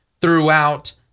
throughout